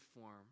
form